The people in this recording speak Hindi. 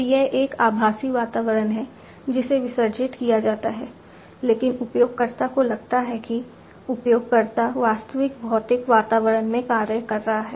तो यह एक आभासी वातावरण है जिसे विसर्जित किया जाता है लेकिन उपयोगकर्ता को लगता है कि उपयोगकर्ता वास्तविक भौतिक वातावरण में कार्य कर रहा है